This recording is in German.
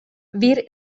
wir